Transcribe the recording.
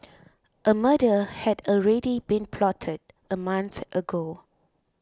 a murder had already been plotted a month ago